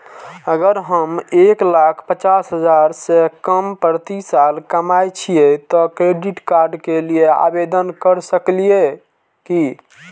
अगर हम एक लाख पचास हजार से कम प्रति साल कमाय छियै त क्रेडिट कार्ड के लिये आवेदन कर सकलियै की?